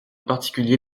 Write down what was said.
particulier